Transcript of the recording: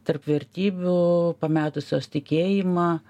tarp vertybių pametusios tikėjimą